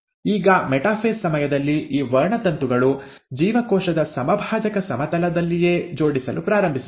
ಈಗ ಮೆಟಾಫೇಸ್ ಸಮಯದಲ್ಲಿ ಈ ವರ್ಣತಂತುಗಳು ಜೀವಕೋಶದ ಸಮಭಾಜಕ ಸಮತಲದಲ್ಲಿಯೇ ಜೋಡಿಸಲು ಪ್ರಾರಂಭಿಸುತ್ತವೆ